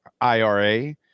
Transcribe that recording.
IRA